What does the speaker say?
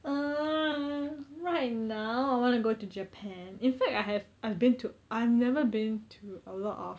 err right now I want to go to japan in fact I have I've been to I've never been to a lot of